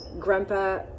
grandpa